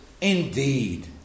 indeed